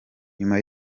nyuma